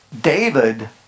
David